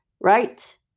right